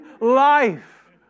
life